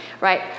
right